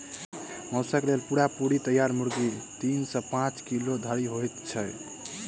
मौसक लेल पूरा पूरी तैयार मुर्गी तीन सॅ पांच किलो धरि होइत छै